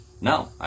No